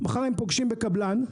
מחר הם פוגשים בקבלן,